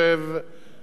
דיברו כאן על ז'בוטינסקי,